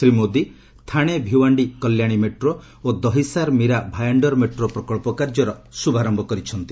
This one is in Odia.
ଶ୍ରୀ ମୋଦି ଥାଣେ ଭିୱାଷ୍ଠି କଲ୍ୟାଣୀ ମେଟ୍ରୋ ଓ ଦହିସାର ମୀରା ଭାୟାଣ୍ଡର ମେଟ୍ରୋ ପ୍ରକଳ୍ପ କାର୍ଯ୍ୟର ଶୁଭାରମ୍ଭ କରିଛନ୍ତି